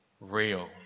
real